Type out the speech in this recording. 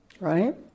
right